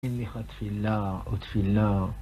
אם לך תפילה, עוד תפילה.